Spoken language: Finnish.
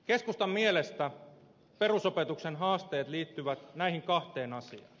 keskustan mielestä perusopetuksen haasteet liittyvät näihin kahteen asiaan